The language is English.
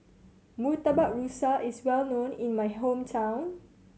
Murtabak Rusa is well known in my hometown